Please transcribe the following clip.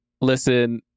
listen